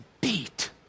beat